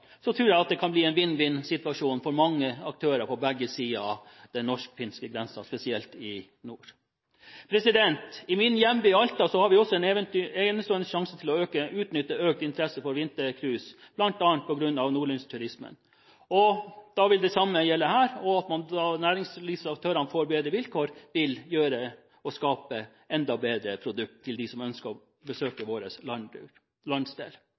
tror jeg det kan bli en vinn-vinn-situasjon for mange aktører på begge sider av den norsk-finske grensen, spesielt i nord. I min hjemby Alta har vi også en enestående sjanse til å utnytte økt interesse for vintercruise, bl.a. på grunn av nordlysturismen. Da vil det samme gjelde her, og at næringslivsaktørene får bedre vilkår, vil skape enda bedre produkter for dem som ønsker å besøke vår landsdel.